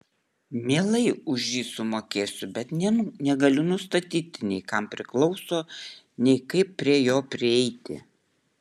mielai už jį sumokėsiu bet negaliu nustatyti nei kam priklauso nei kaip prie jo prieiti